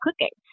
cooking